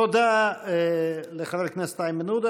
תודה לחבר הכנסת איימן עודה.